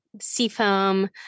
seafoam